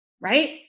right